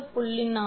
7 47